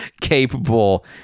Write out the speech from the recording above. capable